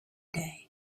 day